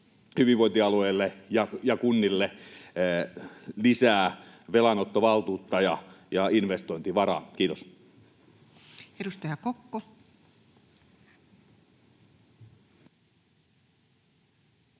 hyvinvointialueille ja kunnille lisää velanottovaltuutta ja investointivaraa. — Kiitos.